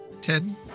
Ten